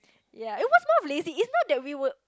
ya it was not lazy it's not that we would